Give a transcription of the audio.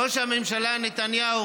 ראש הממשלה נתניהו,